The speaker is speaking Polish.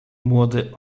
młody